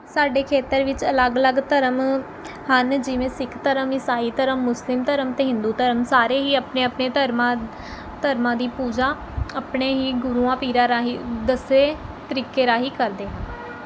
ਸਾਡੇ ਖੇਤਰ ਵਿੱਚ ਅਲੱਗ ਅਲੱਗ ਧਰਮ ਹਨ ਜਿਵੇਂ ਸਿੱਖ ਧਰਮ ਇਸਾਈ ਧਰਮ ਮੁਸਲਿਮ ਧਰਮ ਅਤੇ ਹਿੰਦੂ ਧਰਮ ਸਾਰੇ ਹੀ ਆਪਣੇ ਆਪਣੇ ਧਰਮਾਂ ਧਰਮਾਂ ਦੀ ਪੂਜਾ ਆਪਣੇ ਹੀ ਗੁਰੂਆਂ ਪੀਰਾਂ ਰਾਹੀਂ ਦੱਸੇ ਤਰੀਕੇ ਰਾਹੀਂ ਕਰਦੇ ਹਨ